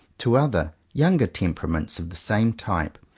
to other, younger temperaments of the same type,